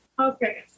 Okay